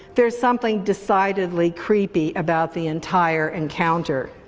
there's something decidedly creepy about the entire encounter.